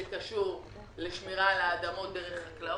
זה קשור לשמירה על האדמות דרך חקלאות.